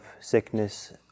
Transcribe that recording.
sickness